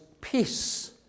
peace